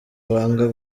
banga